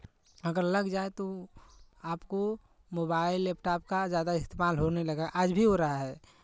अगर लग जाए तो आपको मोबाइल लैपटाप का ज़्यादा इस्तेमाल होने लगा आज भी हो रहा है